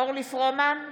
אורלי פרומן?